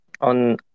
on